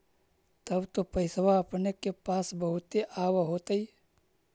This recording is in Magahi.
तब तो पैसबा अपने के पास बहुते आब होतय?